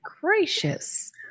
gracious